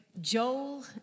Joel